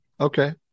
Okay